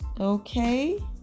Okay